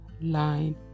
line